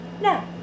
No